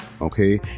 okay